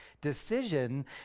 decision